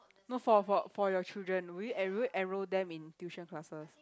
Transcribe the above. not for for for your children would you enroll enroll them in tuition classes